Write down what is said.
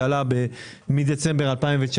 אז הוא עלה ב-ב-7.1% מדצמבר 2019,